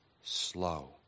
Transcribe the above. slow